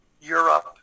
Europe